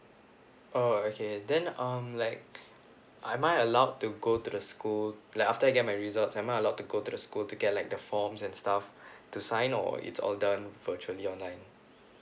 oh okay then um like I am I allowed to go to the school like after I get my results am I allowed to go to the school to get like the forms and stuff to sign or it's all done virtually online